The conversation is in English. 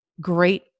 great